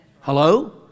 Hello